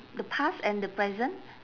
the past and the present